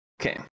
Okay